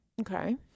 Okay